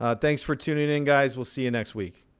ah thanks for tuning in, guys. we'll see you next week.